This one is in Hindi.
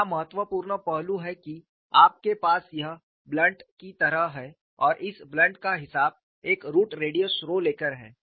यहां महत्वपूर्ण पहलू यह है कि आपके पास यह ब्लंट की तरह है और इस ब्लंट का हिसाब एक रुट रेडियस रो लेकर है